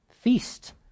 Feast